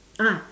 ah